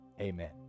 amen